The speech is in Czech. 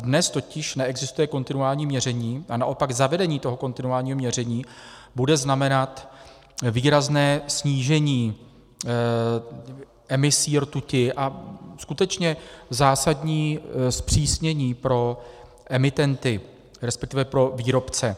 Dnes totiž neexistuje kontinuální měření a naopak zavedení toho kontinuálního měření bude znamenat výrazné snížení emisí rtuti a skutečně zásadní zpřísnění pro emitenty, respektive pro výrobce.